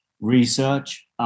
research